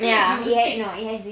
ya it h~ no it h~